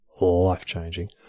Life-changing